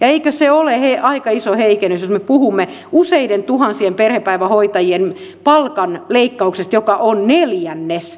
eikö se ole aika iso heikennys jos me puhumme useiden tuhansien perhepäivähoitajien palkan leikkauksesta joka on neljännes